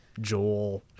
joel